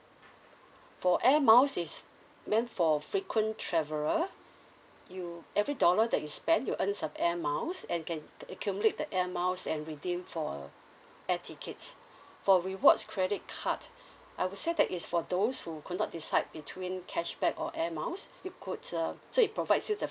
for air miles is meant for frequent traveler you every dollar that you spend you earn some air miles and can accumulate the air miles and redeem for air tickets for rewards credit cards I would say that is for those who could not decide between cashback or air miles you could uh so it provides you the